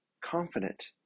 confident